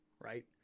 right